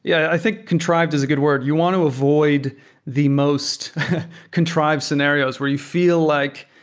yeah i think contrived is a good word. you want to avoid the most contrived scenarios where you feel like